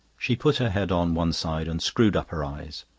she put her head on one side and screwed up her eyes.